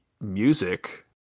music